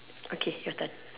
okay your turn